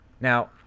Now